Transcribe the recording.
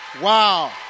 Wow